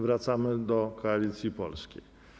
Wracamy do Koalicji Polskiej.